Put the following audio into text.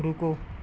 ਰੁਕੋ